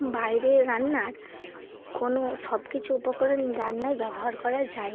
বাইরের রান্নার কোনো সব কিছু উপকরণই রান্নায় ব্যবহার করা যায়